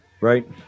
right